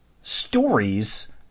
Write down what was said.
stories